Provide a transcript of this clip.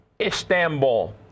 Istanbul